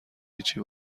هیچی